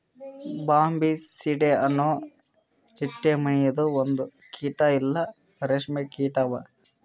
Bombycidae ಅನೊ ಚಿಟ್ಟೆ ಮನಿದು ಒಂದು ಕೀಟ ಇಲ್ಲಾ ರೇಷ್ಮೆ ಕೀಟ ಅವಾ